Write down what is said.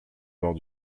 bord